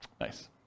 Nice